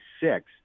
six